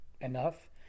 enough